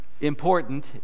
important